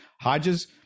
Hodges